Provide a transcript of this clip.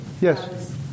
Yes